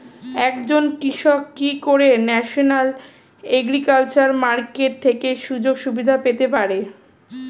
একজন কৃষক কি করে ন্যাশনাল এগ্রিকালচার মার্কেট থেকে সুযোগ সুবিধা পেতে পারে?